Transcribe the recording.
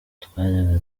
twajyaga